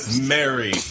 Mary